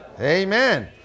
Amen